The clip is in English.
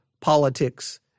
politics